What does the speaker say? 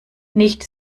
nicht